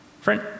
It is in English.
Friend